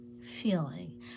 feeling